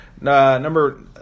Number